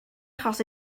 achos